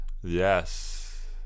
Yes